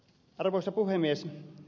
arvoisa puhemies